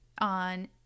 on